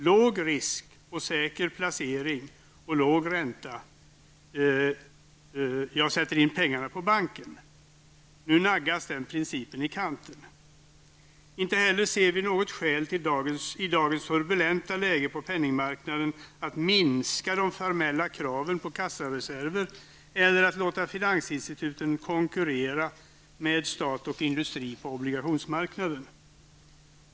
Låg risk, säker placering och låg ränta -- jag sätter in pengarna på banken. Nu naggas den principen i kanten. Inte heller ser vi något skäl att i dagens turbulenta läge på penningmarknaden minska de formella kraven på kassareserverna eller att låta finansinstituten konkurrera med stat och industri på obligationsmarknaden.